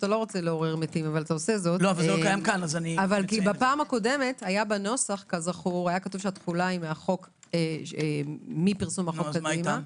היה כתוב בנוסח שתחולת החוק מפרסום החוק קדימה.